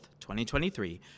2023